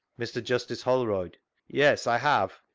mr. justice holroyd yes, i have.